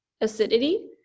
acidity